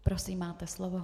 Prosím, máte slovo.